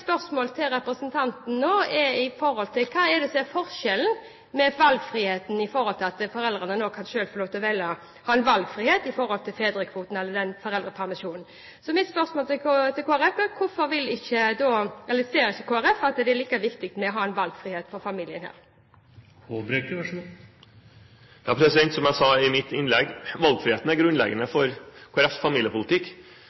spørsmål til representanten nå hva forskjellen er på denne valgfriheten og det at foreldrene selv kan få velge når det gjelder fedrekvote og foreldrepermisjon. Mitt spørsmål til Kristelig Folkeparti er: Ser ikke Kristelig Folkeparti at det er like viktig å ha valgfrihet for familiene her? Som jeg sa i mitt innlegg: Valgfriheten er grunnleggende